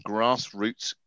Grassroots